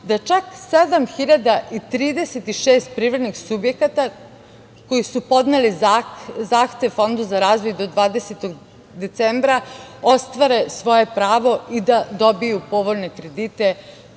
da čak 7.036 privrednih subjekata, koji su podneli zahtev Fondu za razvoj do 20. decembra, ostvare svoja pravo i da dobiju povoljne kredite